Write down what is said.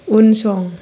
उनसं